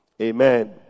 Amen